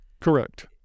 Correct